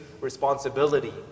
responsibility